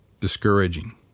discouraging